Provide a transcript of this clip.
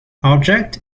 object